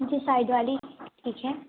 okay side वाली ठीक है